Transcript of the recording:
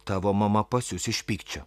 tavo mama pasius iš pykčio